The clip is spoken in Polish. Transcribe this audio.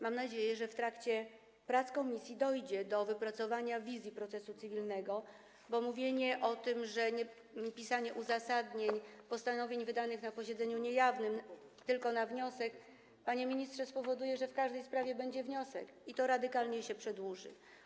Mam nadzieję, że w trakcie prac komisji dojdzie do wypracowania wizji procesu cywilnego, bo pisanie uzasadnień postanowień wydanych na posiedzeniu niejawnym tylko na wniosek, panie ministrze, spowoduje, że w każdej sprawie będzie wniosek i to radykalnie się przedłuży.